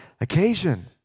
occasion